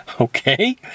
Okay